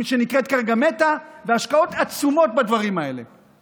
שנקראת כרגע META, וההשקעות בדברים האלה עצומות.